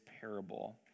parable